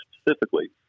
specifically